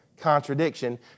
contradiction